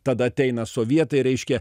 tada ateina sovietai reiškia